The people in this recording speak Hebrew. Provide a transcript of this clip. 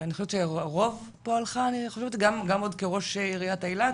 אני חושבת שרוב פועלך, גם עוד כראש עיריית אילת,